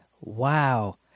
Wow